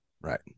Right